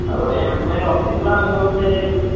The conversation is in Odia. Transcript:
ହଉ ଭାଇ ଆମ ପାଇଁ ରଖିଥିବ ଆମକୁ ଆଉ ଫେରେଇବନି